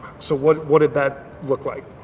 so what what did that look like?